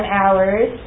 hours